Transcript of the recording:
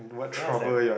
yeah I was like